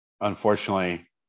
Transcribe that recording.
Unfortunately